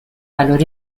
valor